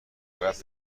باید